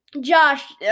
Josh